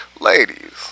ladies